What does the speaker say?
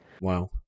Wow